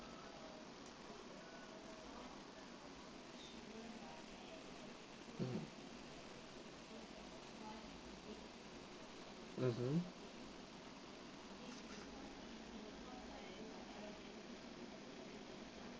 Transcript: mmhmm